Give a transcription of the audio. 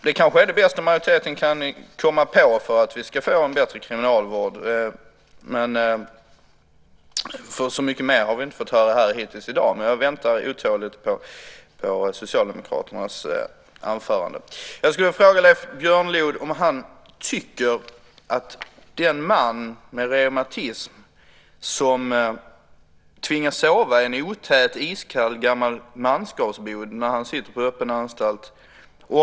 Det är kanske det bästa som majoriteten kan komma på för att vi ska få en bättre kriminalvård, för så mycket mer har vi inte fått höra hittills i dag, men jag väntar otåligt på Socialdemokraternas anförande. Jag skulle vilja fråga Leif Björnlod om den man med reumatism som tvingas sova i en otät iskall gammal manskapsbod när han befinner sig på öppen anstalt.